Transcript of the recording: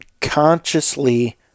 consciously